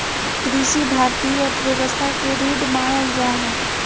कृषि भारतीय अर्थव्यवस्था के रीढ़ मानल जा हइ